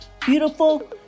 beautiful